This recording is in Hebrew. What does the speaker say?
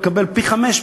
תקבל פי-חמישה,